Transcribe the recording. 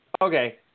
Okay